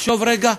לחשוב רגע?